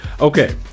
Okay